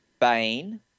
Bain